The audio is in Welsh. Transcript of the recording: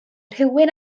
rhywun